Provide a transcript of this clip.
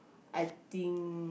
I think